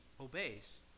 obeys